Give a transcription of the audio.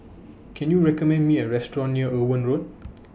Can YOU recommend Me A Restaurant near Owen Road